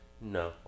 No